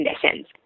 conditions